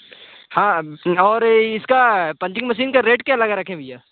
हाँ और इसका पंचींग मशीन का रेट क्या लगा रखें भैया